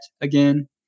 again